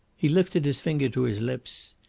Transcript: he lifted his finger to his lips.